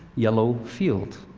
yellow field.